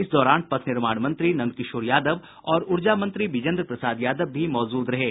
इस दौरान पथ निर्माण मंत्री नंदकिशोर यादव और ऊर्जा मंत्री बिजेन्द्र प्रसाद यादव भी मौजूद थे